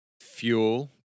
fuel